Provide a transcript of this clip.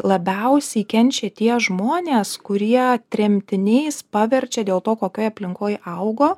labiausiai kenčia tie žmonės kurie tremtiniais paverčia dėl to kokioj aplinkoj augo